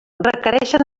requereixen